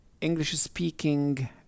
English-speaking